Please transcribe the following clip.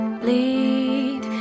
bleed